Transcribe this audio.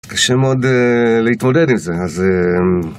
קשה מאוד להתמודד עם זה, אז...